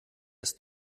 ist